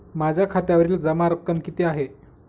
माझ्या खात्यावरील जमा रक्कम किती आहे?